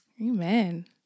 Amen